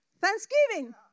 Thanksgiving